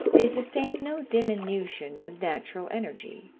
they sustained no diminution of natural energy,